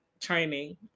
training